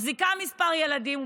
מחזיקה כמה ילדים,